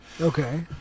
Okay